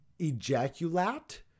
ejaculate